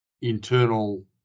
internal